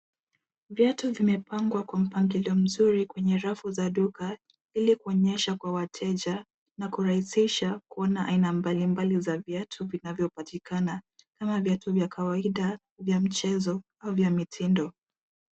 Viatu vimepangwa kwa mpangilio mzuri kwenye rafu za duka ili kuonyesha kwa wateja na kurahisisha kuona aina mbalimbali za viatu vinavyopatikana kama viatu vya kawadia, vya mchezo au vya mitindo.